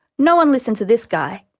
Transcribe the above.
no one listen to this guy,